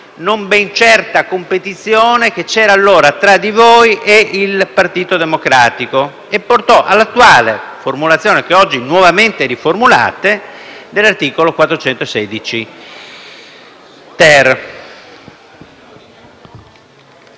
non limpida competizione che c'era allora tra voi e il Partito Democratico e che portò all'attuale formulazione, che oggi nuovamente riformulate, dell'articolo 416-*ter*.